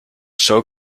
show